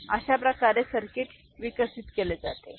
अशाप्रकारे सर्किट विकसित केले जाते